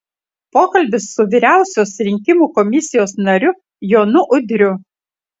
pokalbis su vyriausios rinkimų komisijos nariu jonu udriu